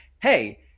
Hey